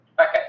Okay